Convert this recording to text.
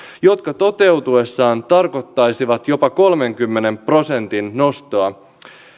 jotka toteutuessaan tarkoittaisivat jopa kolmenkymmenen prosentin nostoa